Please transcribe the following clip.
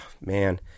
man